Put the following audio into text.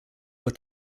were